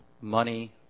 Money